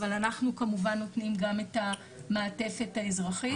אבל אנחנו כמובן נותנים גם את המעטפת האזרחית.